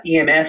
EMS